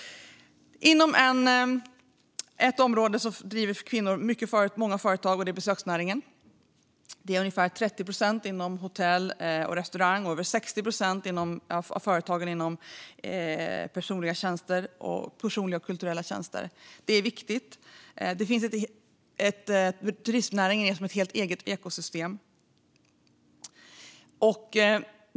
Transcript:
Ett område där kvinnor driver många företag är besöksnäringen - ungefär 30 procent av företagen inom hotell och restaurang och över 60 procent inom personliga och kulturella tjänster. Det är viktigt. Turistnäringen är som ett helt eget ekosystem.